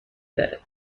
داره